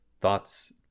thoughts